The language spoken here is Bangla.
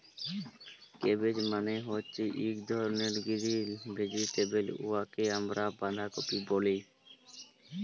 ক্যাবেজ মালে হছে ইক ধরলের গিরিল ভেজিটেবল উয়াকে আমরা বাঁধাকফি ব্যলি